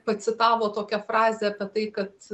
pacitavo tokią frazę apie tai kad